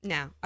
Now